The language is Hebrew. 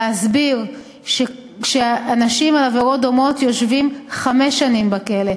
להסביר שאנשים על עבירות דומות יושבים חמש שנים בכלא,